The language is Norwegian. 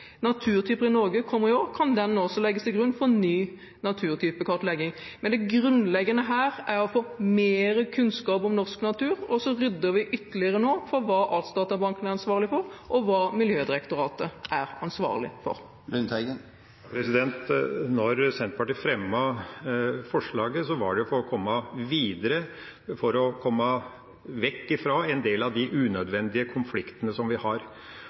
Naturtyper i Norge, kommer i år, kan også den legges til grunn for en ny naturtypekartlegging. Men det grunnleggende er å få mer kunnskap om norsk natur, og vi rydder ytterligere nå for å klargjøre hva Artsdatabanken er ansvarlig for, og hva Miljødirektoratet er ansvarlig for. Da Senterpartiet fremmet forslaget, var det for å komme videre og vekk fra en del av de unødvendige konfliktene som vi har.